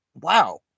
Wow